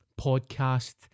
podcast